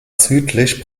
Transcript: südlich